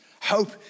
Hope